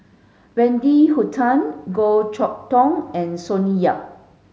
Wendy Hutton Goh Chok Tong and Sonny Yap